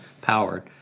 powered